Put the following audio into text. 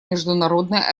международной